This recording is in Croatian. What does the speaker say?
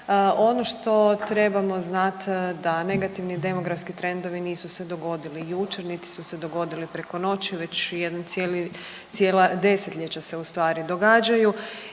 Ono što trebamo znati da negativni demografski trendovi nisu se dogodili jučer niti su se dogodili preko noći već jedan cijeli, cijela desetljeća se ustvari događaju